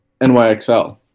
nyxl